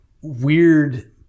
weird